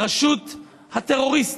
הרשות הטרוריסטית,